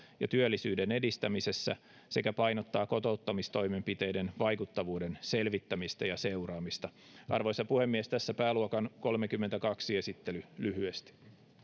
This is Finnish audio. ja työllisyyden edistämisessä sekä painottaa kotouttamistoimenpiteiden vaikuttavuuden selvittämistä ja seuraamista arvoisa puhemies tässä pääluokan kolmekymmentäkaksi esittely lyhyesti